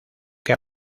que